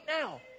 now